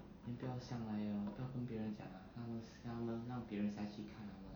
then 不要上来 hor 不要跟别人讲 lah 让他们让别人下去看他们死 ah